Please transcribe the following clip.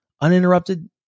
uninterrupted